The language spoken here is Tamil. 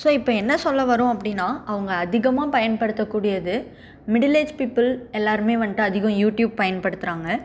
ஸோ இப்போ என்ன சொல்ல வரோம் அப்படின்னா அவங்க அதிகமாக பயன்படுத்த கூடியது மிடிலேஜ் பீப்பிள் எல்லாருமே வந்துட்டு அதிகம் யூடியூப் பயன்படுத்துகிறாங்க